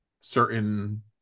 certain